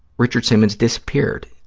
richard simmons disappeared.